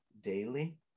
daily